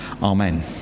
Amen